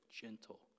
gentle